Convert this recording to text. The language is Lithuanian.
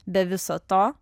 be viso to